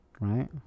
Right